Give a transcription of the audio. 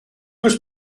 was